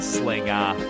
slinger